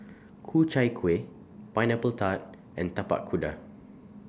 Ku Chai Kueh Pineapple Tart and Tapak Kuda